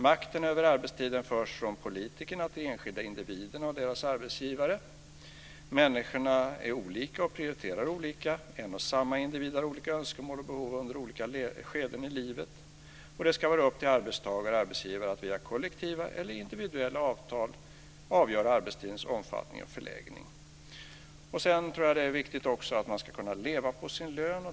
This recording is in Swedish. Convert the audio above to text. Makten över arbetstiden ska föras från politikerna till de enskilda individerna och deras arbetsgivare. Människor är olika och prioriterar olika. En och samma individ har olika önskemål och behov under olika skeden i livet. Det ska vara upp till arbetsgivare och arbetstagare att via kollektiva eller individuella avtal avgöra arbetstidens omfattning och förläggning. Jag tror också att det är viktigt att man ska kunna leva på sin lön.